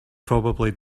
probably